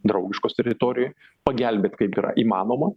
draugiškos teritorijoj pagelbėt kaip yra įmanoma